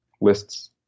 lists